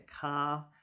car